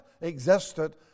existed